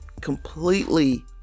completely